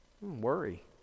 Worry